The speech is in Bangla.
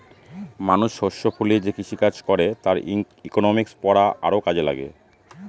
মানুষ শস্য ফলিয়ে যে কৃষিকাজ করে তার ইকনমিক্স পড়া আরও কাজে লাগে